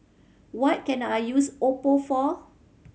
what can I use Oppo for